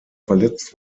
verletzt